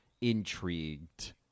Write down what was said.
intrigued